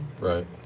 Right